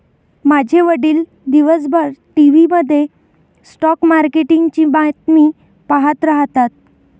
माझे वडील दिवसभर टीव्ही मध्ये स्टॉक मार्केटची बातमी पाहत राहतात